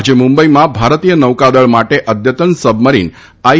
આજે મુંબઇમાં ભારતીય નૌકાદળ માટે અદ્યતન સબમરીન આઇ